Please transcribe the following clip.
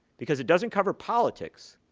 because it doesn't cover politics,